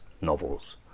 novels